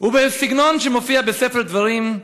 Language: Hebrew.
ובסגנון שמופיע בספר דברים: